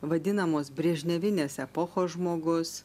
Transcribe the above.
vadinamos brežnevinės epochos žmogus